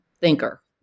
thinker